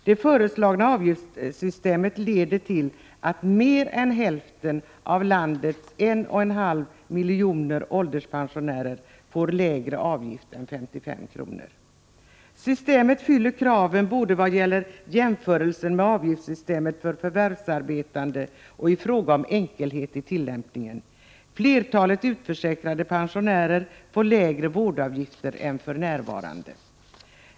Det föreslagna avgiftssystemet leder till att mer än hälften av landets 1,5 miljoner ålderspensionärer får lägre avgift än 55 kr. Systemet fyller kraven både vid jämförelse med avgiftssystemet för förvärvsarbetande och i fråga om enkelhet i tillämpningen. Flertalet utförsäkrade får lägre vårdavgifter än för närvarande.